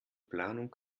planung